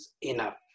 enough